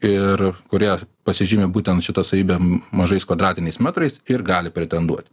ir kurie pasižymi būtent šita savybe mažais kvadratiniais metrais ir gali pretenduot